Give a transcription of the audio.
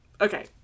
Okay